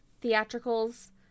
theatricals